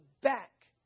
back